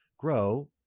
grow